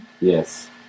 Yes